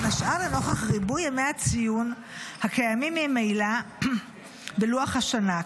בין השאר לנוכח ריבוי ימי הציון הקיימים ממילא בלוח השנה.